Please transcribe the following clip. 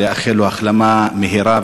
החלמה מהירה,